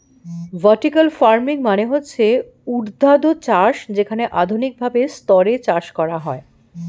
vertical farming মানে হচ্ছে ঊর্ধ্বাধ চাষ যেখানে আধুনিক ভাবে স্তরে চাষ করা হয়